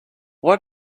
why